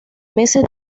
meses